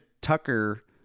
Tucker